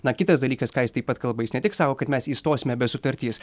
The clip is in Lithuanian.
na kitas dalykas ką jis taip pat kalba jis ne tik sako kad mes išstosime be sutarties